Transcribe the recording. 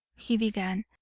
he began,